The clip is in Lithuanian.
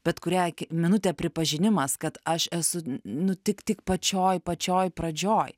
bet kurią minutę pripažinimas kad aš esu nu tik tik pačioj pačioj pradžioj